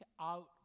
out